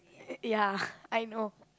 ya I know